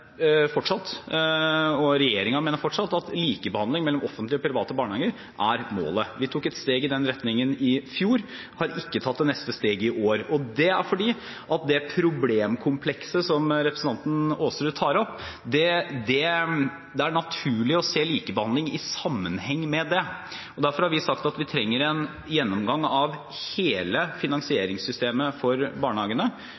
den retningen i fjor, men vi har ikke tatt det neste steget i år, og det er fordi det er naturlig å se likebehandling i sammenheng med det problemkomplekset som representanten Aasrud tar opp. Derfor har vi sagt at vi trenger en gjennomgang av hele finansieringssystemet for barnehagene.